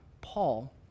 Paul